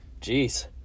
Jeez